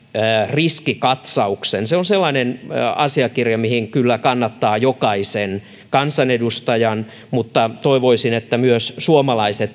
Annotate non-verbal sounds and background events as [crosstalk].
riskikatsauksen se on sellainen asiakirja mihin kyllä kannattaa jokaisen kansanedustajan tutustua mutta toivoisin että myös suomalaiset [unintelligible]